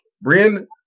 Brian